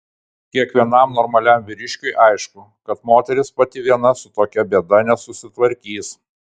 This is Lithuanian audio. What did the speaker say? kiekvienam normaliam vyriškiui aišku kad moteris pati viena su tokia bėda nesusitvarkys